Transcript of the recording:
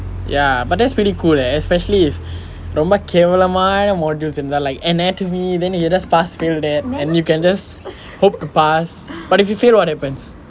ya but that's pretty cool leh especially if ரொம்ப கேவலமான:romba kaevalaamaana modules இருந்தா:irunthaa like anatomy then you just pass fail that and you can just hope to pass but if you fail what happens